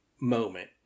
moment